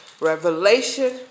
Revelation